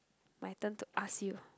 my turn to ask you